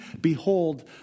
behold